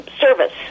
service